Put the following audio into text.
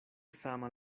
sama